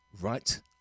right